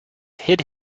hid